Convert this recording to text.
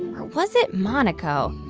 or was it monaco?